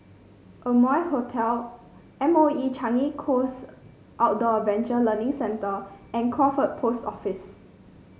Amoy Hotel M O E Changi Coast Outdoor Adventure Learning Centre and Crawford Post Office